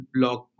blog